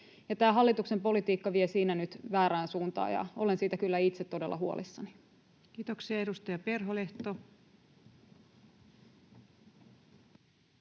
hallituksen politiikka vie siinä nyt väärään suuntaan, ja olen siitä kyllä itse todella huolissani. [Speech 251]